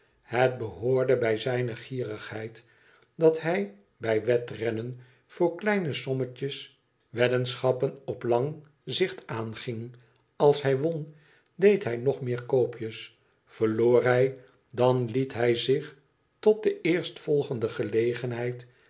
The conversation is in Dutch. het behoorde bij zijne gierigheid dat hij bij wedrennen voor kleine sommetjes weddenschappen op lang zicht aanging als hij won deed hij nog meer koopjes verloor hij dan liet hij zich tot de eerst volgende gelegenheid